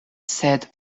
sed